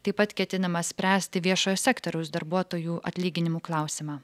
taip pat ketinama spręsti viešojo sektoriaus darbuotojų atlyginimų klausimą